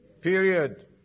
Period